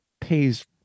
pays